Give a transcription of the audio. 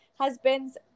husbands